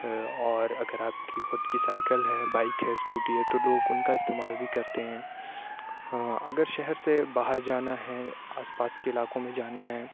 اور اگر آپ کی خود کی سائیکل ہے بائیک ہے اسکوٹی ہے تو لوگ اُن کا استعمال بھی کرتے ہیں اگر شہر سے باہر جانا ہے آس پاس کے علاقوں میں جانا ہے